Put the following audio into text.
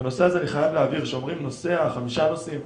אני חייב להבהיר שכשאומרים "נוסע" או "חמישה נוסעים",